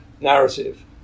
narrative